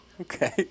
Okay